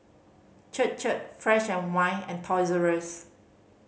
Chir Chir Fresh and White and Toys R Us